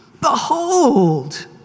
behold